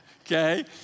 Okay